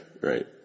right